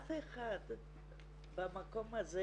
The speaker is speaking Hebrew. לאף אחד במקום הזה